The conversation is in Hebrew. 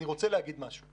אני רוצה להגיד עוד משהו.